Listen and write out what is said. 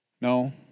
No